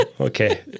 Okay